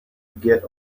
get